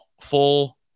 full